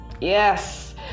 Yes